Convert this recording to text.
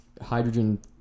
hydrogen